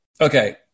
Okay